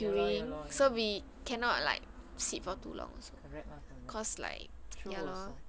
ya lor ya lor ya lor correct lor true also